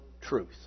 truth